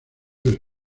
del